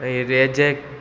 हेजेंचें